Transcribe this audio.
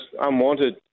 unwanted